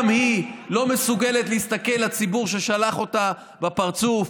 גם היא לא מסוגלת להסתכל לציבור ששלח אותה בפרצוף,